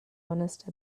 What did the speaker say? honest